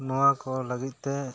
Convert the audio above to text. ᱱᱚᱣᱟ ᱠᱚ ᱞᱟᱹᱜᱤᱫ ᱛᱮ